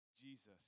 Jesus